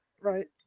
Right